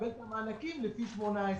לקבל את המענקים לפי 18',